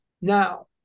Now